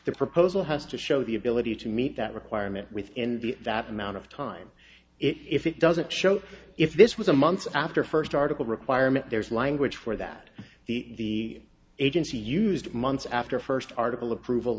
the proposal has to show the ability to meet that requirement within the that amount of time if it doesn't show if this was a months after first article requirement there's language for that the agency used months after first article approval